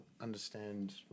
understand